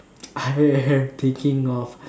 I am thinking of